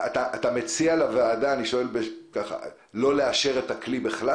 אתה בעצם מציע לוועדה לא לאשר את הכלי בכלל?